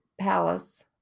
palace